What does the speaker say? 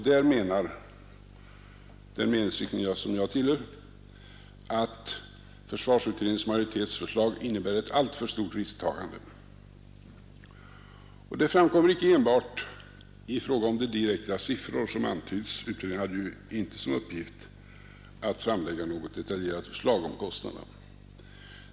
Där menar den meningsriktning som jag tillhör att försvarsutredningens majoritetsförslag innebär ett alltför stort risktagande. Det framkommer inte enbart i fråga om de direkta siffror som antyds — utredningen hade ju inte som uppgift att framlägga något detaljerat förslag om kostnaderna.